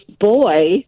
boy